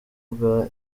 bwa